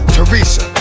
Teresa